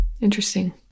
Interesting